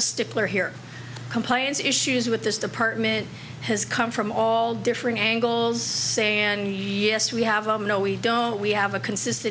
stickler here compliance issues with this department has come from all different angles saying and yes we have no we don't we have a consistent